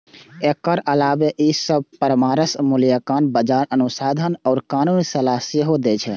एकर अलावे ई सभ परामर्श, मूल्यांकन, बाजार अनुसंधान आ कानूनी सलाह सेहो दै छै